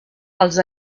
els